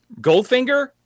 Goldfinger